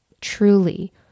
Truly